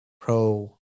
pro